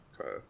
Okay